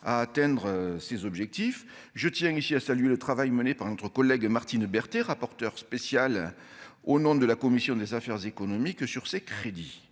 à atteindre ses objectifs, je tiens ici à saluer le travail mené par notre collègue Martine Berthet, rapporteur spécial au nom de la commission des affaires économiques sur ces crédits,